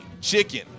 chicken